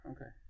Okay